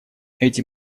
эти